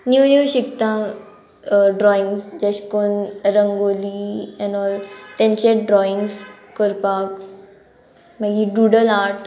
नीव नीव शिकता ड्रॉइंग्स जेश कोन रंगोली एन ऑल तेंचे ड्रॉइंग्स करपाक मागी डुडल आर्ट